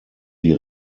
die